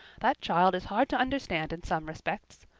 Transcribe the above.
that child is hard to understand in some respects.